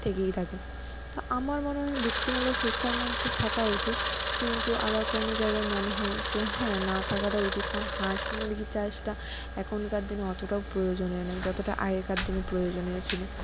থেকেই থাকে তো আমার মনে হয় বৃত্তিমূলক শিক্ষার মধ্যে থাকা উচিত কিন্তু আবার কোনও জায়গায় মনে হয় যে হ্যাঁ না থাকাটাও উচিত কারণ হাঁস মুরগির চাষটা এখনকার দিনে অতটাও প্রয়োজনীয় নয় যতটা আগেকার দিনে প্রয়োজনীয় ছিল